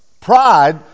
Pride